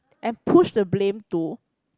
and push the blame to